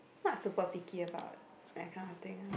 not super picky about that kinda thing ah